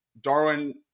Darwin